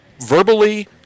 verbally